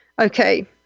Okay